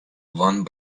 one